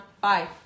Bye